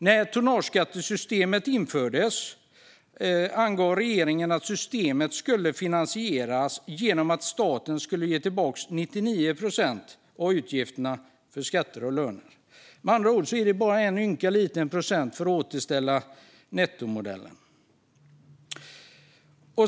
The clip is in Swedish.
När tonnageskattesystemet infördes angav regeringen att systemet skulle finansieras genom att staten skulle ge tillbaka 99 procent av utgifterna för skatter och löner. Det handlar alltså bara om en ynka liten procent för att återställa nettomodellen.